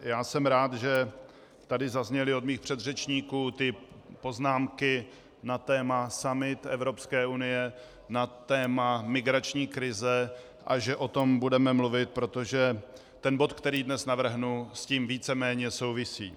Já jsem rád, že tady zazněly od mých předřečníků poznámky na téma summit Evropské unie na téma migrační krize a že o tom budeme mluvit, protože bod, který dnes navrhnu, s tím víceméně souvisí.